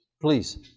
Please